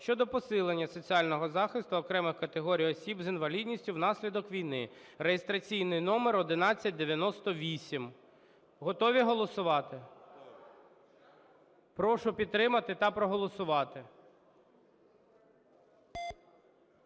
щодо посилення соціального захисту окремих категорій осіб з інвалідністю внаслідок війни (реєстраційний номер 1198). Готові голосувати? Прошу підтримати та проголосувати.